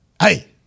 hey